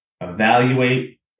Evaluate